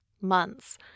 months